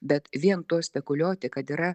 bet vien tuo spekuliuoti kad yra